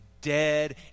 dead